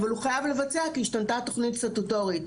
אבל הוא חייב לבצע כי השתנתה התוכנית הסטטוטורית.